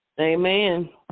Amen